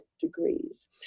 degrees